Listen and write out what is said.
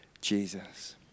Jesus